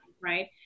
right